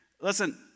listen